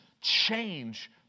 change